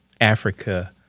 Africa